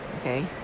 Okay